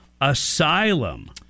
asylum